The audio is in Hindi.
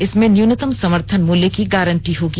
इसमें न्यूनतम समर्थन मूल्य की गारंटी होगी